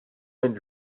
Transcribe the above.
minn